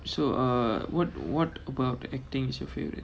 so uh what what about the acting is your favourite